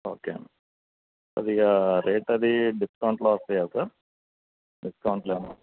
okay కొద్దిగా rate అది డిస్కౌంట్లో వస్తయా సార్ డిస్కౌంట్లో ఏమన్నా